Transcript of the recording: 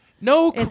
No